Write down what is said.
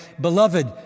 beloved